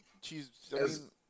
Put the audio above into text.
She's-